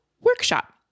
workshop